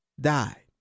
died